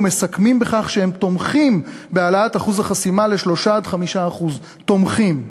ומסכמים בכך שהם תומכים בהעלאת אחוז החסימה ל-3% 5%; תומכים.